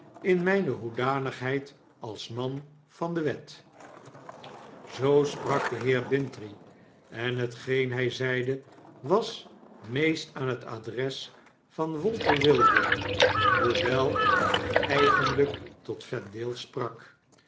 in myne hoedanigheid als man van de wet zoo sprak de heer bintrey en hetgeen hy zeide was meest aan het adres van walter wilding hoewel hyeigenlyk tot vendale sprak